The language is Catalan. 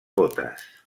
botes